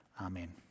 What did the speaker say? Amen